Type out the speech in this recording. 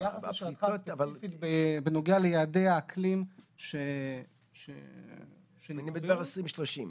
ביחס לשאלתך הספציפית בנוגע ליעדי האקלים --- אני מדבר על 2030,